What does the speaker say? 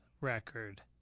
record